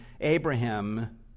Abraham